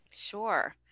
Sure